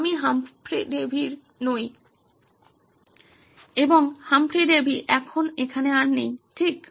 আমি Humphry Davy নই এবং হামফ্রে ডেভি এখানে আর নেই ঠিক